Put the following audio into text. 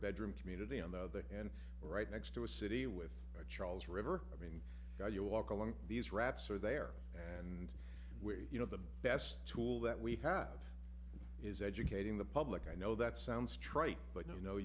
bedroom community on the and we're right next to a city with a charles river i mean you walk along these rats are there and we're you know the best tool that we have is educating the public i know that sounds trite but you kno